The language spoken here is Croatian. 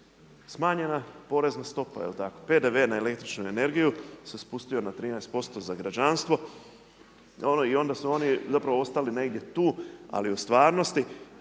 smanjena porezna stopa je li tako? PDV na električnu energiju se spustio na 13% za građanstvo i onda su oni zapravo ostali negdje tu ali u stvarnosti